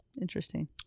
interesting